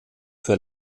für